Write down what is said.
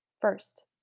first